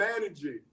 managing